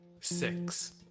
six